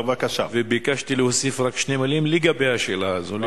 וביקשתי להוסיף שתי מלים לגבי השאלה הזאת,